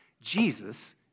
Jesus